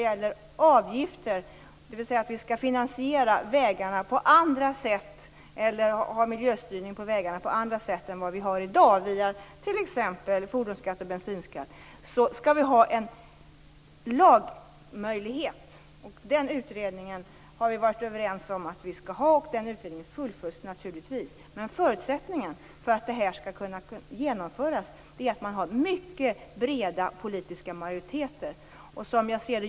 När vägarna skall finansieras på andra sätt eller miljöstyrningen skall ske på andra sätt än i dag via t.ex. fordonsskatt och bensinskatt, skall det finns en lagmöjlighet. Vi har varit överens om den utredningen, och den fullföljs. Förutsättningen för att den skall kunna genomföras är att det finns breda politiska majoriteter.